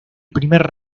primer